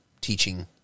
teaching